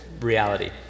reality